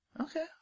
Okay